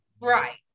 Right